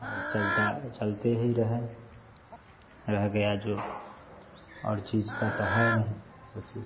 और चलता चलते ही रहें रहे गया जो और चीज का तो है नहीं कोई चीज